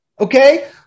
okay